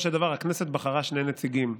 הכנסת בחרה שני נציגים.